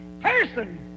person